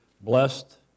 blessed